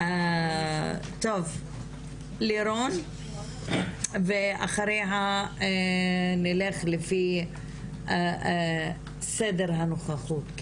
לירון ואחריה נלך לפי הסדר הנוכחות.